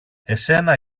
εσένα